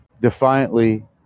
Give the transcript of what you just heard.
defiantly